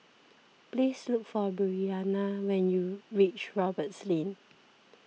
please look for Breana when you reach Roberts Lane